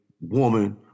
woman